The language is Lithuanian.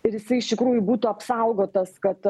ir jisai iš tikrųjų būtų apsaugotas kad